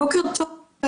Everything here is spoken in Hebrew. בוקר טוב.